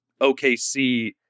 OKC